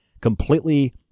completely